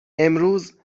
امروز